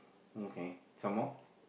okay some more